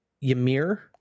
Ymir